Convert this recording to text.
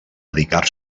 dedicar